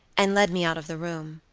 and led me out of the room.